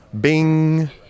Bing